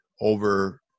over